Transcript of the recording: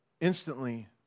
instantly